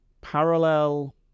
parallel